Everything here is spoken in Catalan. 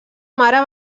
mare